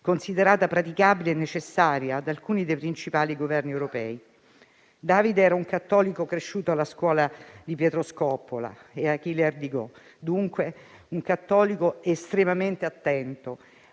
considerata praticabile e necessaria da alcuni dei principali Governi europei. David era un cattolico cresciuto alla scuola di Pietro Scoppola e Achille Ardigò (dunque un cattolico estremamente attento